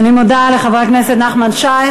אני מודה לחבר הכנסת נחמן שי.